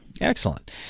Excellent